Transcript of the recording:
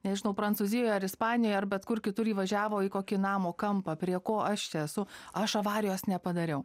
nežinau prancūzijoje ar ispanijoj ar bet kur kitur įvažiavo į kokį namo kampą prie ko aš čia esu aš avarijos nepadariau